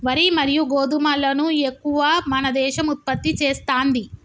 వరి మరియు గోధుమలను ఎక్కువ మన దేశం ఉత్పత్తి చేస్తాంది